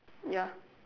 ya